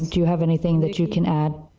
and do you have anything that you can add?